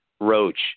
Roach